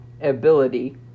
ability